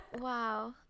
Wow